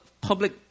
public